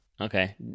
Okay